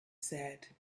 said